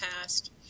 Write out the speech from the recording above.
past